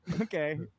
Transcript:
Okay